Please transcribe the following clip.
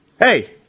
Hey